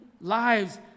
lives